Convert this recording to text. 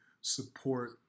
support